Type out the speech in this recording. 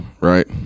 right